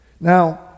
now